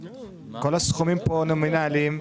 כל הסכומים פה נומינליים.